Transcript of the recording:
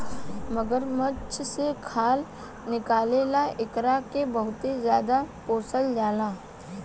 मगरमच्छ से खाल निकले ला एकरा के बहुते ज्यादे पोसल जाला